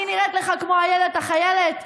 אני נראית לך כמו אילת החיילת?